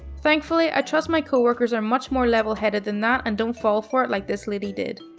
thankfully, i trust my coworkers are much more level headed than that and don't fall for it like this lady did.